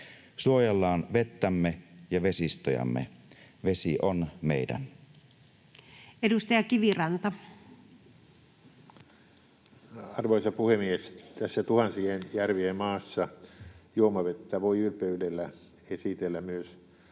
Suojellaan vettämme ja vesistöjämme. Vesi on meidän. Edustaja Kiviranta. Arvoisa puhemies! Tässä tuhansien järvien maassa juomavettä voi ylpeydellä esitellä myös